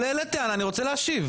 אבל העלית טענה אני רוצה להשיב.